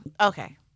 okay